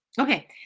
Okay